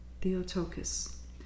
Theotokos